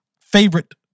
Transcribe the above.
favorite